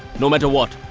no matter what,